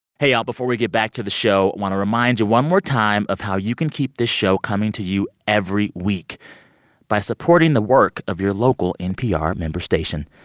hey, y'all. before we get back to the show, want to remind you one more time of how you can keep this show coming to you every week by supporting the work of your local npr member station.